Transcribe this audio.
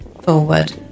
forward